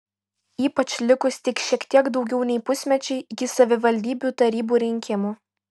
ypač likus tik šiek tiek daugiau nei pusmečiui iki savivaldybių tarybų rinkimų